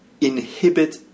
inhibit